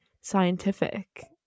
scientific